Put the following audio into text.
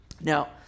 Now